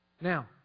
Now